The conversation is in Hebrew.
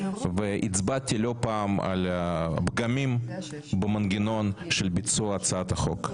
והצבעתי לא פעם על הפגמים במנגנון של ביצוע הצעת החוק.